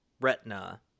Retina